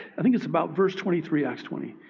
i think it's about verse twenty three acts twenty